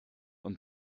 und